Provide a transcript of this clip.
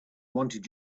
wanted